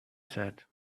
said